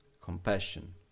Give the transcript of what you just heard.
compassion